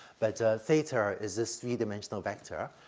but, ah, theta is this three-dimensional vector.